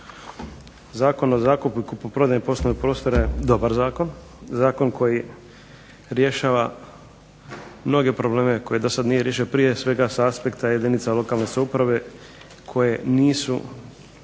Zakon o zakupu i kupoprodaji poslovnog prostora je dobar zakon, zakon koji rješava mnoge probleme koje dosad nije riješio, prije svega s aspekta jedinica lokalne samouprave koje nisu